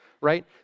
right